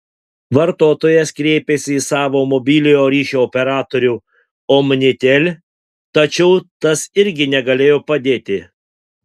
vartotojas kreipėsi į savo mobiliojo ryšio operatorių omnitel tačiau tas irgi negalėjo padėti